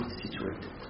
situated